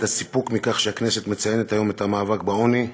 את הסיפוק מכך שהכנסת מציינת היום את המאבק בעוני,